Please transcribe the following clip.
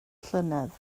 llynedd